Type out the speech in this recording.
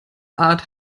art